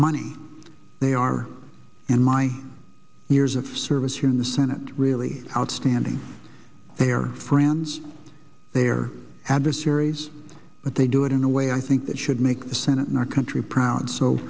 money they are and my years of service here in the senate really outstanding they are friends they are adversaries but they do it in a way i think that should make the senate and our country proud so